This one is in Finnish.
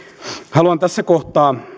haluan tässä kohtaa